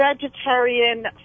vegetarian